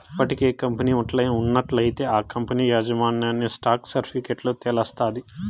ఇప్పటికే కంపెనీ ఉన్నట్లయితే ఆ కంపనీ యాజమాన్యన్ని స్టాక్ సర్టిఫికెట్ల తెలస్తాది